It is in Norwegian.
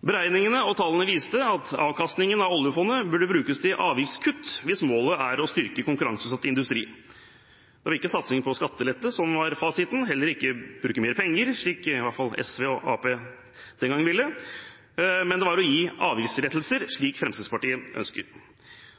Beregningene og tallene viste at avkastningen av oljefondet burde brukes til avgiftskutt hvis målet var å styrke konkurranseutsatt industri. Det var ikke satsing på skattelette som var fasiten, heller ikke å bruke mer penger, slik i hvert fall SV og Arbeiderpartiet den gangen ville, men det var å gi avgiftslettelser, slik Fremskrittspartiet ønsker.